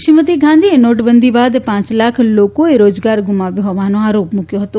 શ્રીમતી ગાંધીએ નોટબંદી બાદ પાંચ લાખ લોકોએ રોજગાર ગુમાવ્યો હોવાનો આરોપ મુક્યો હતો